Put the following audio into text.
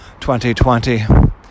2020